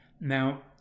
Now